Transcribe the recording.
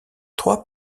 trois